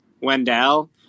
Wendell